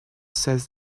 says